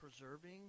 preserving